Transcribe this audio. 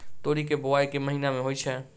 तोरी केँ बोवाई केँ महीना मे होइ छैय?